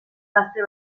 gazte